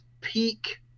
peak